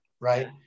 right